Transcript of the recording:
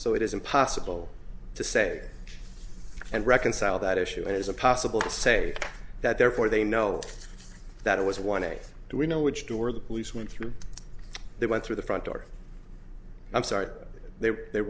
so it is impossible to say and reconcile that issue as a possible to say that therefore they know that it was one a do we know which door the police went through they went through the front door i'm sorry they